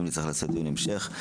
ונצטרך לעשות דיון המשך.